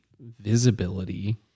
visibility